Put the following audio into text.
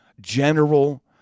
general